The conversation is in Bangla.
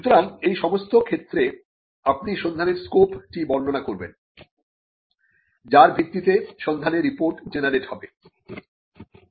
সুতরাং এই সমস্ত ক্ষেত্রে আপনি সন্ধানের স্কোপ টি বর্ণনা করবেন যার ভিত্তিতে সন্ধানের রিপোর্ট জেনারেট হবে